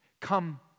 Come